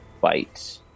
fight